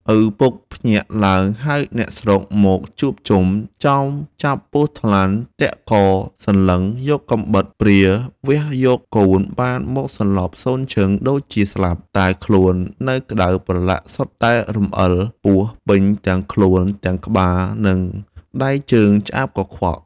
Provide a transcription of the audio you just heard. ឪពុកភ្ញាក់ឡើងហៅអ្នកស្រុកមកជួបជុំ ចោមចាប់ពស់ថ្លាន់ទាក់កចង សន្ធឹង យកកាំបិតព្រាវះយកកូនបានមកសន្លប់សូន្យឈឹងដូចជាស្លាប់ តែខ្លួននៅក្ដៅប្រឡាក់សុទ្ធតែរំអិលពស់ពេញ ទាំងខ្លួន ទាំងក្បាលនិងដៃជើងឆ្អាបកខ្វក់។